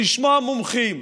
לשמוע מומחים,